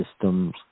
system's